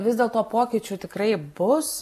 vis dėl to pokyčių tikrai bus